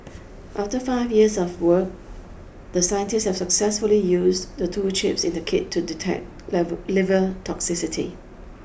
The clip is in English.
after five years of work the scientists have successfully used the two chips in the kit to detect liver toxicity